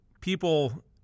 people